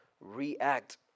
react